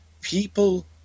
People